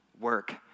work